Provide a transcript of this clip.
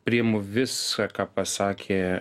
priimu visa ką pasakė